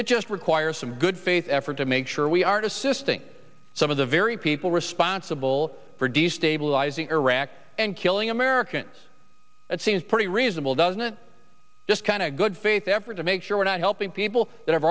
it just requires some good faith effort to make sure we are to assisting some of the very people responsible for destabilizing iraq and killing americans that seems pretty reasonable doesn't it just kind of good faith effort to make sure we're not helping people that have